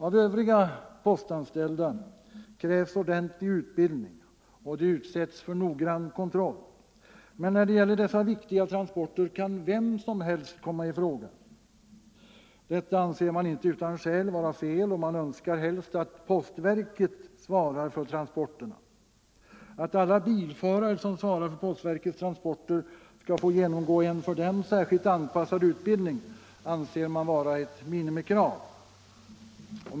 Av övriga postanställda krävs ordentlig utbildning och de utsätts för noggrann kontroll. Men när det gäller dessa viktiga transporter kan vem som helst komma i fråga. Detta anser man inte utan skäl vara fel och man vill helst att postverket svarar för transporterna. Att alla bilförare som svarar för postverkets transporter skall få genomgå en för dem särskilt anpassad utbildning anser man vara ett minimikrav.